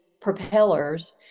propellers